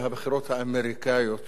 יותר מכל דבר אחר.